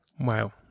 Wow